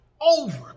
over